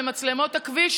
למצלמות הכביש,